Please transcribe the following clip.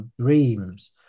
dreams